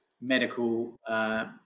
medical